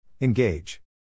Engage